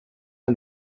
der